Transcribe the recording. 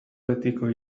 betiko